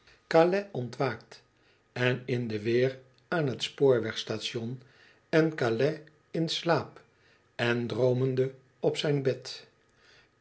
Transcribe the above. ontwaakt en in de weer aan t spoorweg station en calais in slaap en droomende op zijn bed